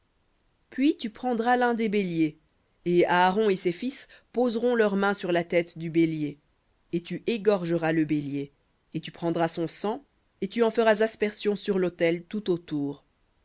puis tu prendras l'un des béliers et aaron et ses fils poseront leurs mains sur la tête du bélier et tu égorgeras le bélier et tu prendras son sang et tu en feras aspersion sur l'autel tout autour